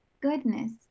goodness